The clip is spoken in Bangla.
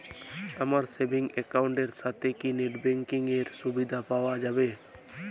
আমার সেভিংস একাউন্ট এর সাথে কি নেটব্যাঙ্কিং এর সুবিধা পাওয়া যাবে?